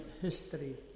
history